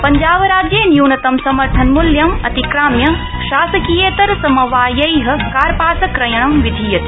पञ्जाबराज्ये न्यूनतम समर्थन मूल्यम् अतिकाम्य शासकीयेतर समवायै कार्पास क्रयणं विधीयते